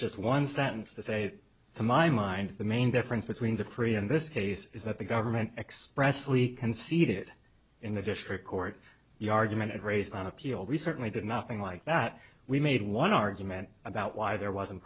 just one sentence to say to my mind the main difference between the pre and this case is that the government expressly conceded in the district court the argument raised on appeal we certainly did nothing like that we made one argument about why there wasn't